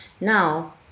Now